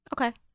Okay